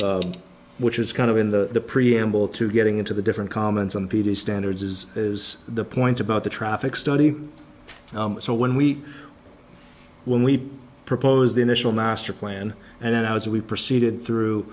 out which is kind of in the preamble to getting into the different comments on peter's standards is is the point about the traffic study so when we when we proposed the initial master plan and then i was we proceeded through